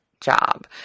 job